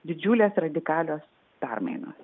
didžiulės radikalios permainos